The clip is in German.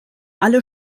alle